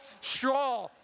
straw